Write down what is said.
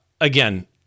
again